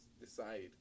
decide